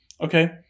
Okay